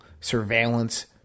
surveillance